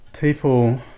people